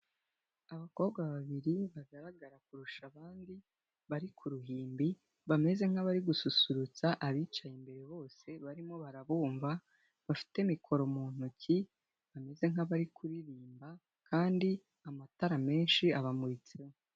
Abakobwa babiri bagaragara kurusha abandi, bari ku ruhimbi, bameze nk'abari gususurutsa abicaye imbere, bose barimo barabumva bafite mikoro mu ntoki bameze nk'abari kuririmba, kandi amatara menshi abamuritseho.